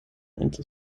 into